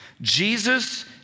Jesus